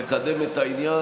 לקדם את העניין,